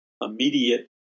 immediate